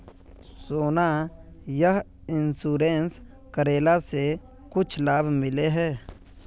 सोना यह इंश्योरेंस करेला से कुछ लाभ मिले है?